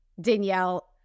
Danielle